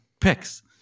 picks